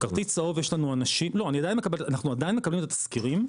אנחנו עדיין מקבלים את התזכירים,